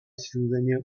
ҫынсене